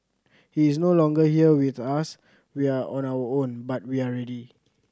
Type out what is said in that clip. he is no longer here with us we are on our own but we are ready